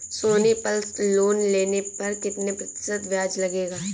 सोनी पल लोन लेने पर कितने प्रतिशत ब्याज लगेगा?